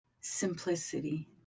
simplicity